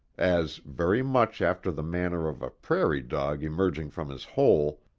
as, very much after the manner of a prairie dog emerging from his hole,